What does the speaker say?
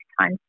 time